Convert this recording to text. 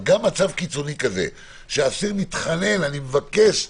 גם מצב קיצוני כזה שאסיר מתחנן אני מבקש,